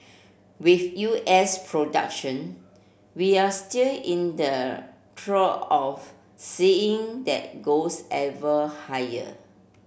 with U S production we're still in the throe of seeing that goes ever higher